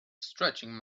stretching